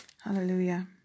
hallelujah